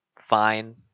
fine